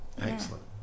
Excellent